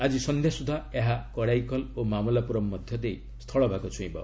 ଆକି ସନ୍ଧ୍ୟା ସୁଦ୍ଧା ଏହା କରାଇକଲ୍ ଓ ମାମଲାପୁରମ୍ ମଧ୍ୟରେ ସ୍ଥଳଭାଗ ଛୁଇଁବ